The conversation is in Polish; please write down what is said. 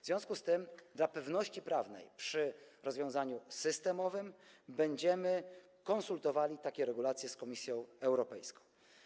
W związku z tym dla pewności prawnej przy rozwiązaniu systemowym będziemy konsultowali takie regulacje z Komisją Europejską.